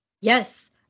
Yes